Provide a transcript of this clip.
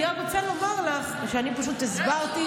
אני רק רוצה לומר לך שאני פשוט הסברתי,